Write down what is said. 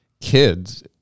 kids